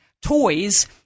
toys